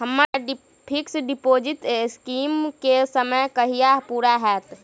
हम्मर fix deposit scheme केँ समय कहिया पूरा हैत?